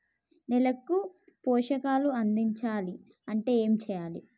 నేలకు పోషకాలు అందించాలి అంటే ఏం చెయ్యాలి?